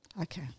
Okay